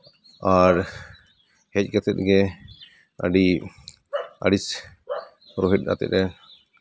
ᱟᱨ ᱦᱮᱡ ᱠᱟᱛᱮᱫ ᱜᱮ ᱟᱹᱰᱤ ᱟᱹᱲᱤᱥ ᱨᱳᱦᱮᱫ ᱟᱛᱮᱜ ᱮ